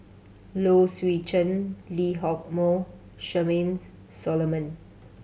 Low Swee Chen Lee Hock Moh Charmaine Solomon